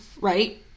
right